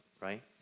right